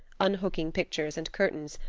unhooking pictures and curtains,